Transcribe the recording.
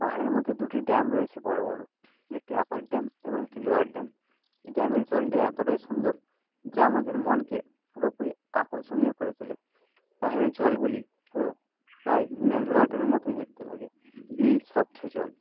পাহাড়ের মধ্যে দুটি ড্যাম রয়েছে বড়ো বড়ো একটি আপার ড্যাম এবং একটি লোয়ার ড্যাম ড্যামের জলটি এতোটাই সুন্দর যা আমাদের মনকে পুরোপুরি আকর্ষনীয় করে তোলে পাহাড়ের জলগুলি পুরো প্রায় মিনারেল ওয়াটারের মতোই দেখতে লাগে নীল স্বচ্ছ জল